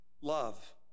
love